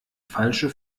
falsche